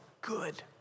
good